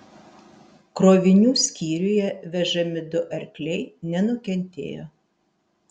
krovinių skyriuje vežami du arkliai nenukentėjo